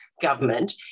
government